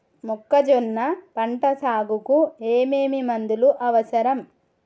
మొక్కజొన్న పంట సాగుకు ఏమేమి మందులు అవసరం?